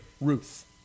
Ruth